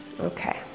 okay